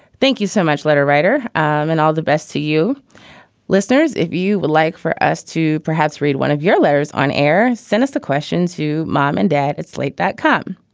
thank you so much. letter writer and all the best to you listeners, if you would like for us to perhaps read one of your letters on air. send us a question to mom and dad at slate that come.